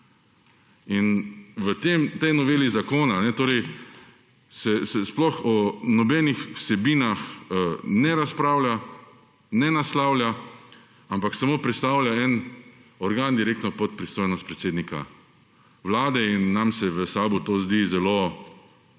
In v tej noveli zakona se sploh o nobenih vsebinah ne razpravlja, ne naslavlja, ampak samo prestavlja nek organ direktno pod pristojnost predsednika Vlade. Nam v SAB se to zdi zelo sporno